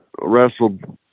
wrestled